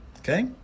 Okay